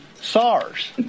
SARs